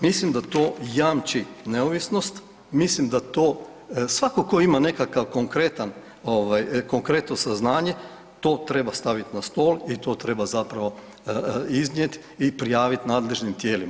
Mislim da to jamči neovisnost, mislim da to, svako tko ima nekakav konkretan ovaj konkretno saznanje to treba staviti na stol i to treba zapravo iznijeti i prijavit nadležnim tijelima.